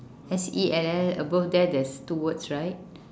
S E L L above there there's two words right